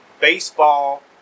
baseball